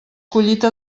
collita